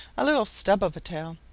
a little stub of a tail,